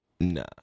nah